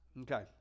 Okay